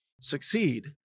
succeed